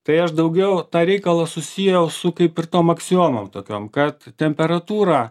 tai aš daugiau tą reikalą susiejau su kaip ir tom aksiomom tokiom kad temperatūra